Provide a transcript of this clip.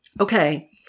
okay